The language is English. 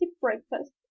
breakfast